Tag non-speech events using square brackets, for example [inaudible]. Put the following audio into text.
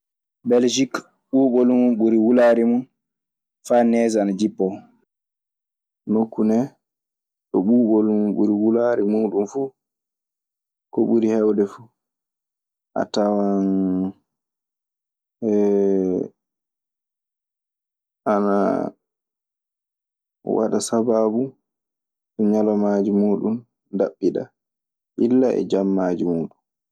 Belgike ɓubol mun ɓuri wulare mun fa nege ana jipoo. Nokku nee, ɗo ɓuuɓol mun ɓuri wulaare muɗun fuu. Ko ɓuri heewde fuu, a tawan [hesitation] ana waɗa sabaabu ñalawmaaji muuɗun ndaɓɓiɗa illa e jammaaji muuɗun.